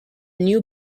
new